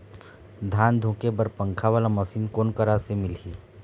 धान धुके बर पंखा वाला मशीन कोन करा से मिलही?